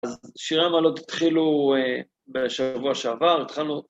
אז שירי המעלות התחילו בשבוע שעבר, התחלנו...